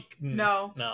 No